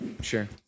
Sure